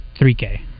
3k